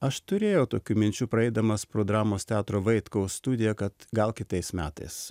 aš turėjau tokių minčių praeidamas pro dramos teatro vaitkaus studiją kad gal kitais metais